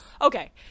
Okay